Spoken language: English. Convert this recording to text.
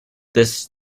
this